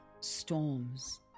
storms